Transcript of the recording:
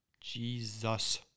Jesus